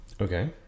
Okay